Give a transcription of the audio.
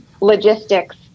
logistics